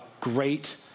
great